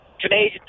Canadian